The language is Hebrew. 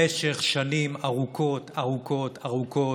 במשך שנים ארוכות, ארוכות, ארוכות,